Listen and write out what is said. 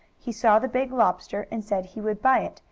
he saw the big lobster and said he would buy it,